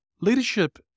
leadership